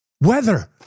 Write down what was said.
weather